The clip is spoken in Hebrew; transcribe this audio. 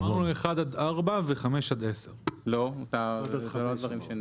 אמרנו 1 עד 4 ו- 5 עד 10. לא, זה לא מה שנאמר.